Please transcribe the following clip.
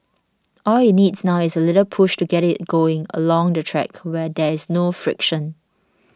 all it needs now is a little push to get it going along the track where there is no friction